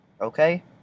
okay